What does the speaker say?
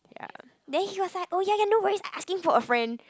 ya then he was like ya ya no worries I asking for a friend